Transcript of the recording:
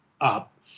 up